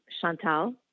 Chantal